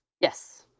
Yes